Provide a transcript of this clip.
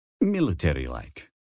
military-like